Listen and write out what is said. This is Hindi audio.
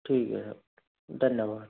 ठीक है धन्यवाद